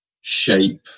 shape